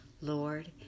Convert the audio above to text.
Lord